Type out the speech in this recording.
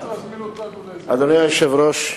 אדוני היושב-ראש,